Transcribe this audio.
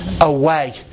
away